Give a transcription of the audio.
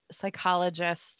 psychologists